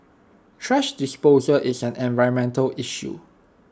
thrash disposal is an environmental issue